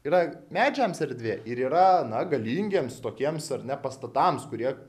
yra medžiams erdvė ir yra na galingiems tokiems ar ne pastatams kurie